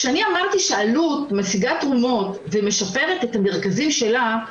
כשאמרתי שאלו"ט משיגה תרומות ומשפרת את המרכזים שלה,